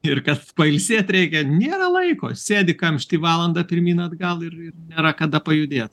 ir kad pailsėt reikia nėra laiko sėdi kamšty valandą pirmyn atgal ir ir nėra kada pajudėt